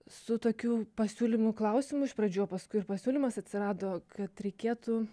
su tokiu pasiūlymu klausimu iš pradžių o paskui pasiūlymas atsirado kad reikėtų